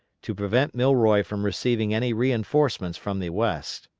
to prevent milroy from receiving any reinforcements from the west.